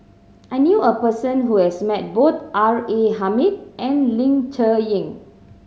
I knew a person who has met both R A Hamid and Ling Cher Eng